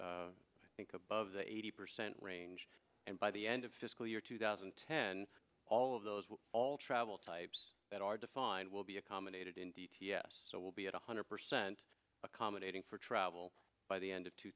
think above the eighty percent range and by the end of fiscal year two thousand and ten all of those will all travel types that are defined will be accommodated in d t s so we'll be at one hundred percent accommodating for travel by the end of two